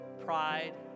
pride